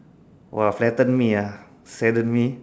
!wah! flatten me ah sadden me